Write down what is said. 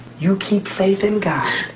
you keep faith in god.